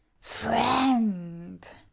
friend